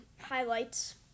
highlights